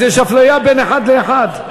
אז יש אפליה בין אחד לאחד.